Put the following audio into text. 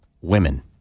Women